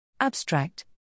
Abstract